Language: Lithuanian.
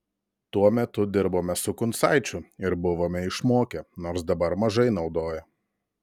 tuo metu dirbome su kuncaičiu ir buvome išmokę nors dabar mažai naudoja